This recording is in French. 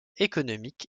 économique